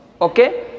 Okay